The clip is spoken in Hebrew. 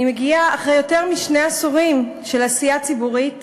אני מגיעה אחרי יותר משני עשורים של עשייה ציבורית,